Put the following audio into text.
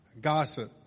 Gossip